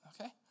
Okay